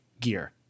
gear